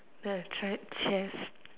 then I tried chess